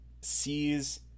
sees